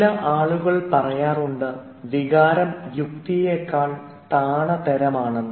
ചില ആളുകൾ പറയാറുണ്ട് വികാരം യുക്തിയെക്കാൾ താണതരമാണെന്ന്